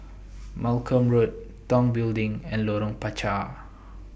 Malcolm Road Tong Building and Lorong Panchar